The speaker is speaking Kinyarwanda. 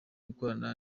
gukorana